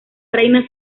reina